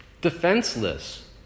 Defenseless